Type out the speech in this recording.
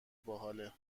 باحاله